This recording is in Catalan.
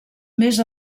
més